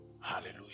Hallelujah